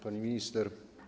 Pani Minister!